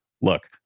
Look